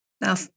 now